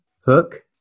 Hook